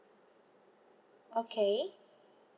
okay